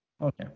Okay